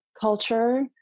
culture